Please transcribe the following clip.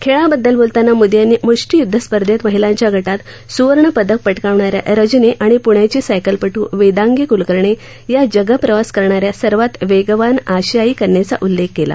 खेळा बद्दल बोलताना मोदी यांनी मुष्टीयुद्ध स्पर्धेत महिलांच्या गटात सुवर्णपदक पटकावणा या रजनी आणि प्ण्याची सायकलपटू वेदांगी कुलकर्णी या जगप्रवास करणा या सर्वात वेगवान आशियाई कन्येचा उल्लेख केला